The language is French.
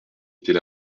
était